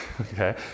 okay